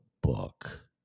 book